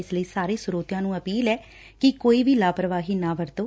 ਇਸ ਲਈ ਸਾਰੇ ਸਰੋਤਿਆਂ ਨੂੰ ਅਪੀਲ ਐ ਕਿ ਕੋਈ ਵੀ ਲਾਪਰਵਾਹੀ ਨਾ ਵਰਤੋਂ